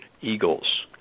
eagles